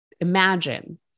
imagine